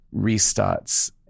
restarts